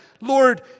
Lord